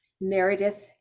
Meredith